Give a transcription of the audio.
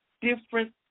different